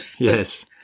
Yes